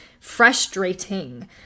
frustrating